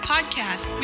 podcast